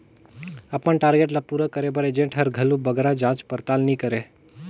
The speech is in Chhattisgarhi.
अपन टारगेट ल पूरा करे बर एजेंट हर घलो बगरा जाँच परताल नी करे